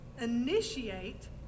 initiate